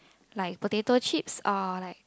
like potato chips or like